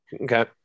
Okay